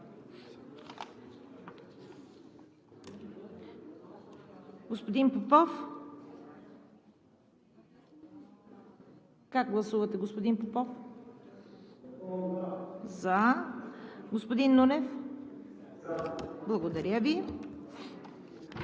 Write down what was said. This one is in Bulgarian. Благодаря Ви, благодаря Ви!